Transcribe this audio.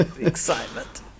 Excitement